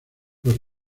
los